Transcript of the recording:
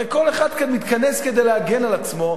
הרי כל אחד כאן מתכנס כדי להגן על עצמו,